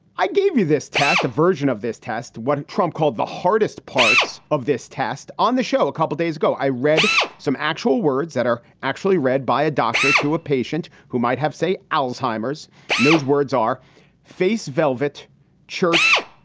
i gave you this test, a version of this test. what trump called the hardest parts of this test on the show a couple of days ago, i read some actual words that are actually read by a doctor to a patient who might have, say, alzheimer's. and those words are face velvet church,